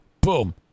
boom